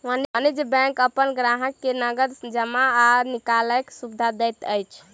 वाणिज्य बैंक अपन ग्राहक के नगद जमा आ निकालैक सुविधा दैत अछि